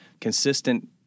Consistent